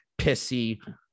pissy